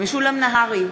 משולם נהרי,